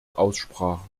aussprache